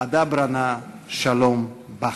אדברה נא שלום בך".